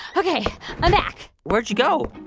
ok. i'm back where'd you go?